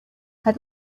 had